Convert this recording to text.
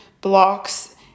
blocks